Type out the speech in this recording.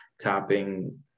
tapping